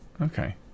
Okay